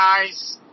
guys